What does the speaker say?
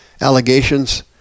allegations